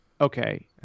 okay